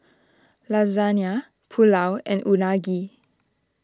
Lasagne Pulao and Unagi